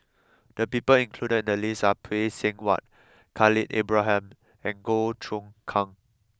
the people included in the list are Phay Seng Whatt Khalil Ibrahim and Goh Choon Kang